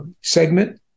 segment